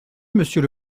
monsieur